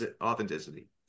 authenticity